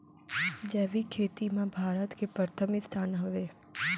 जैविक खेती मा भारत के परथम स्थान हवे